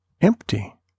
Empty